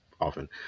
often